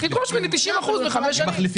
תדרוש ממני 90 אחוזים לחמש שנים.